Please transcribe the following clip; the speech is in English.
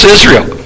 Israel